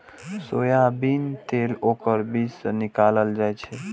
soybean तेल ओकर बीज सं निकालल जाइ छै